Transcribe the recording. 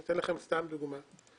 אתן לכם סתם דוגמה.